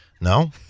No